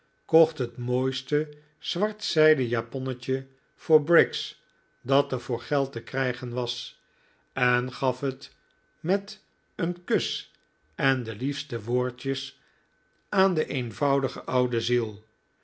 kocht het mooiste zwartzijden japonnetje voor briggs dat er voor geld te krijgen was en gaf het met een kus en de liefste woordjes aan de eenvoudige oude ziel